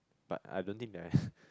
but I don't think that I